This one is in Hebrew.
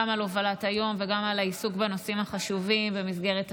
גם על הובלת היום וגם על העיסוק בנושאים החשובים במסגרת הוועדה.